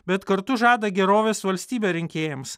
bet kartu žada gerovės valstybę rinkėjams